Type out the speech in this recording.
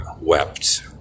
wept